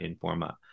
Informa